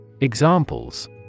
Examples